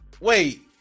wait